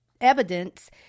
evidence